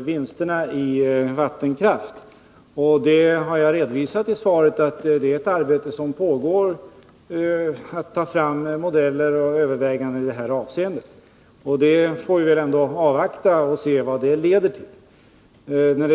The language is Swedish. vinsterna på vattenkraften. Jag har i svaret redovisat att ett arbete på att ta fram modeller och göra överväganden i detta avseende pågår. Vi får väl ändå avvakta tills vi har sett vad det leder till.